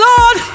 Lord